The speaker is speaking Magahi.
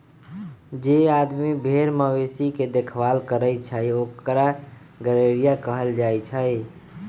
जे आदमी भेर मवेशी के देखभाल करई छई ओकरा गरेड़िया कहल जाई छई